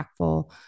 impactful